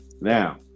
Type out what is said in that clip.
now